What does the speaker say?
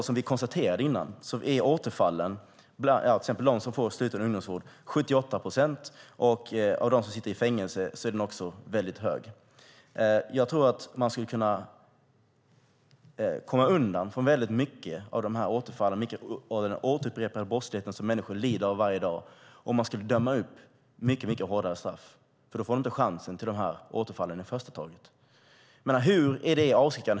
Som vi konstaterade tidigare är andelen återfall bland dem som döms till sluten ungdomsvård 78 procent, och bland dem som sitter i fängelse är andelen också mycket hög. Jag tror att man skulle kunna komma undan många av återfallen och den återupprepade brottslighet som människor utsätts för varje dag om man dömde till mycket hårdare straff. Då skulle förövarna inte få chansen till återfall i första taget.